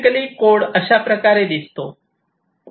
basically code अशाप्रकारे दिसतो